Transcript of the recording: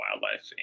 wildlife